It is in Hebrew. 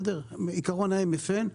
עיקרון ה-MFN,